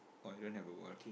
oh you don't have a ball